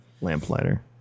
Lamplighter